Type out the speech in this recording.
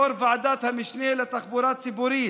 יו"ר ועדת המשנה לתחבורה ציבורית,